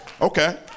okay